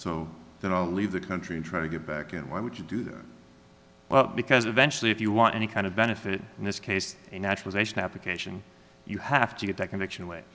i'll leave the country and try to get back in why would you do that well because eventually if you want any kind of benefit in this case naturalization application you have to get that connection away